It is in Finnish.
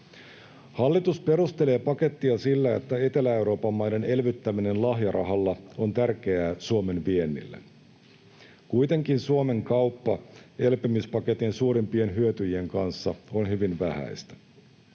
Hallitus perustelee pakettia sillä, että Etelä-Euroopan maiden elvyttäminen lahjarahalla on tärkeää Suomen viennille. Kuitenkin Suomen kauppa elpymispaketin suurimpien hyötyjien kanssa on hyvin vähäistä.